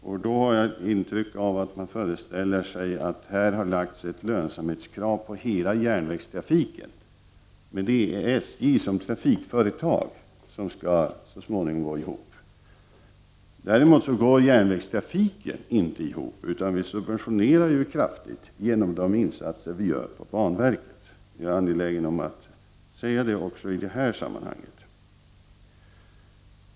Detta ger ett intryck av att det har lagts ett lönsamhetskrav på hela järnvägstrafiken, men det är SJ som trafikföretag som så småningom skall gå ihop. Däremot går järnvägstrafiken inte ihop, utan vi subventionerar den kraftigt genom de insatser som vi gör genom banverket. Jag är angelägen om att säga det också i detta sammanhang.